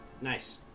Nice